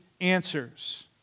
answers